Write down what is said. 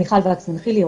אני מיכל וקסמן חילי,